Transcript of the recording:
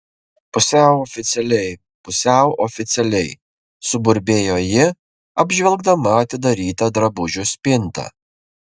pusiau oficialiai pusiau oficialiai suburbėjo ji apžvelgdama atidarytą drabužių spintą